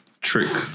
Trick